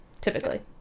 Typically